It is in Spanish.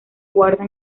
guarda